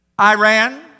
Iran